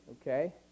Okay